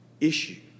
issue